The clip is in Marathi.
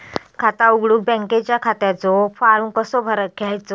खाता उघडुक बँकेच्या खात्याचो फार्म कसो घ्यायचो?